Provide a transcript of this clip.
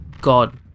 god